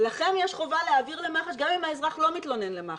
לכם יש חובה להעביר למח"ש גם אם האזרח לא מתלונן למח"ש.